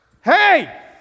Hey